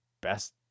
best